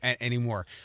anymore